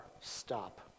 stop